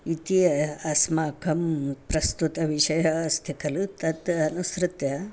इति यः अस्माकं प्रस्तुतविषयः अस्ति खलु तत् अनुसृत्य